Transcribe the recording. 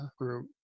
group